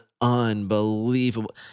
unbelievable –